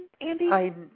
Andy